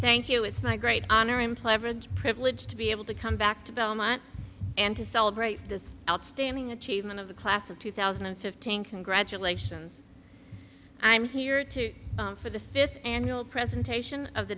thank you it's my great honor and pleasure and privilege to be able to come back to belmont and to celebrate this outstanding achievement of the class of two thousand and fifteen congratulations i'm here to for the fifth annual presentation of the